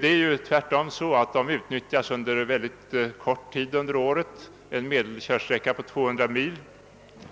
Det förhåller sig tvärtom på det sättet att brandbilarna utnyttjas under en mycket kort tid av året med en årlig körsträcka på i genomsnitt endast 200 mil